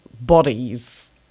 bodies